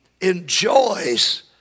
enjoys